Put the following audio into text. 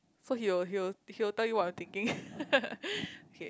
so he will he will he will tell you what I'm thinking okay